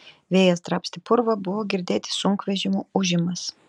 vėjas drabstė purvą buvo girdėti sunkvežimių ūžimas